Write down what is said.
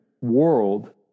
world